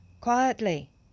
Quietly